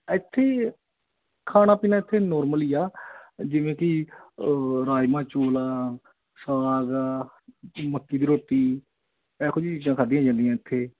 ਇੱਥੇ ਖਾਣਾ ਪੀਣਾ ਇੱਥੇ ਨੋਰਮਲ ਹੀ ਆ ਜਿਵੇਂ ਕਿ ਰਾਜਮਾਂਹ ਚੌਲ ਆ ਸਾਗ ਆ ਜੀ ਮੱਕੀ ਦੀ ਰੋਟੀ ਇਹੋ ਜਿਹੀ ਚੀਜ਼ਾਂ ਖਾਦੀਆਂ ਜਾਂਦੀਆਂ ਇੱਥੇ